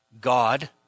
God